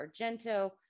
argento